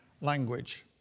language